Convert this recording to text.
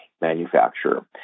manufacturer